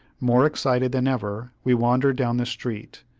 more excited than ever, we wandered down the street.